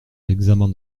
l’examen